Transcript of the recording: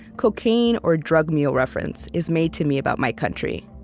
cocaine, or drug mule reference is made to me about my country.